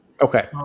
Okay